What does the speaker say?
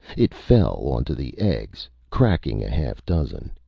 it fell onto the eggs, cracking a half dozen.